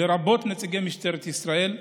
לרבות נציגי משטרת ישראל,